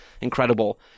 incredible